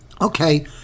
Okay